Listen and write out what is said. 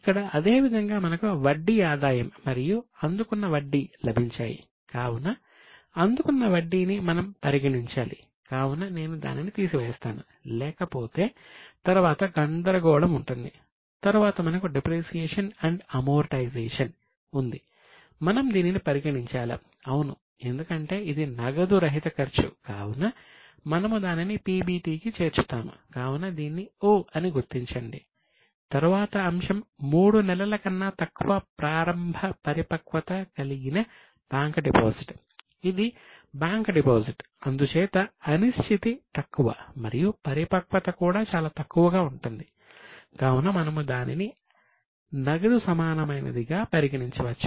ఇక్కడ అదే విధంగా మనకు వడ్డీ ఆదాయం కూడా చాలా తక్కువగా ఉంటుంది కావున మనము దానిని నగదు సమానమైనదిగా పరిగణించవచ్చు